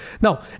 now